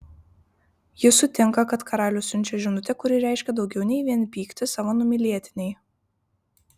ji sutinka kad karalius siunčia žinutę kuri reiškia daugiau nei vien pyktį savo numylėtinei